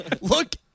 Look